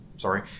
sorry